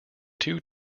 two